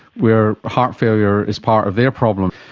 where heart failure is part of their problem.